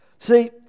See